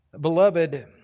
Beloved